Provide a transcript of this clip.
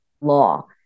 law